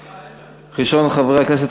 מס' 838,